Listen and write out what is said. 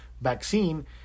vaccine